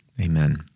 amen